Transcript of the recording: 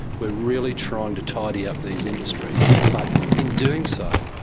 we are really trying to tidy up these industries, but in doing so,